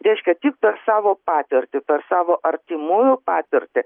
reiškia tik per savo patirtį per savo artimųjų patirtį